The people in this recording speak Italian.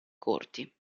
corti